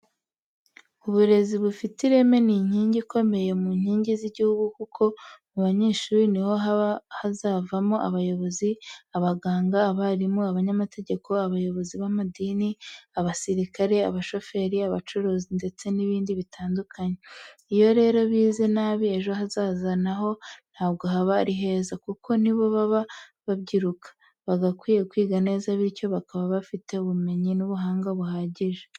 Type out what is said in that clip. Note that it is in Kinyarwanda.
Uburezi bufite ireme ni inkingi ikomeye mu nkingi z'igihugu kuko mu banyeshuri niho haba hazavamo abayobozi, abaganga, abarimu, abanyamategeko, abayobozi b'amadini, abasirikare, abashoferi, abacuruzi ndetse n'ibindi bitandukanye. Iyo rero bize nabi ejo hazaza naho ntabwo haba ari heza kuko nibo baba babyiruka, bagakwiye kwiga neza bityo bakaba bafite ubumenyi n'ubuhanga buhagije.